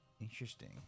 Interesting